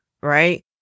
right